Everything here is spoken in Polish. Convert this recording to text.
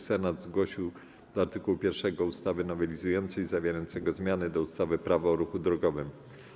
Senat zgłosił do art. 1 ustawy nowelizującej zawierającego zmiany do ustawy - Prawo o ruchu drogowym.